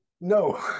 no